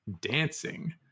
dancing